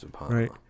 Right